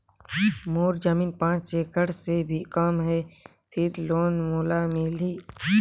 मोर जमीन पांच एकड़ से भी कम है फिर लोन मोला मिलही?